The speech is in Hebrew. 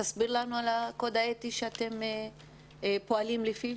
תסביר לנו על הקוד האתי שאתם פועלים לפיו?